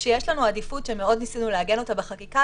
כשיש לנו עדיפות שניסינו לעגן אותה בחקיקה,